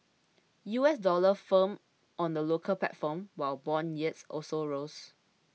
U S dollar firmed on the local platform while bond yields also rose